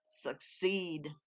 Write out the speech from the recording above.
succeed